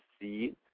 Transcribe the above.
see